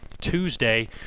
Tuesday